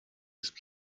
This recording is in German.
ist